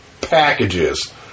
packages